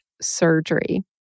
surgery